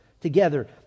together